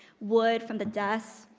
wood from the desks,